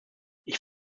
ich